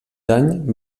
any